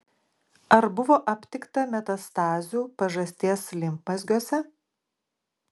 ar buvo aptikta metastazių pažasties limfmazgiuose